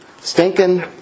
Stinking